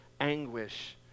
anguish